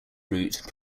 route